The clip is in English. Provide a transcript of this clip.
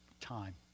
time